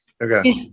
Okay